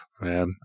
man